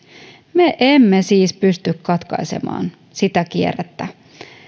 me emme siis pysty katkaisemaan sitä kierrettä